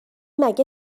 مگه